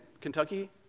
Kentucky